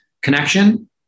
Connection